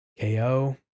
KO